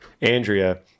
Andrea